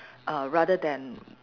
err rather than